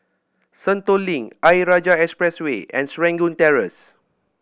Sentul Link Ayer Rajah Expressway and Serangoon Terrace